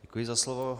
Děkuji za slovo.